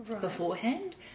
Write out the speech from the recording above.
beforehand